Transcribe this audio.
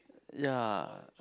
ya